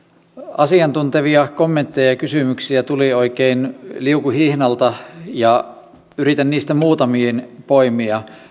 asiantuntevia kommentteja ja kysymyksiä tuli oikein liukuhihnalta ja yritän niistä muutamiin poimia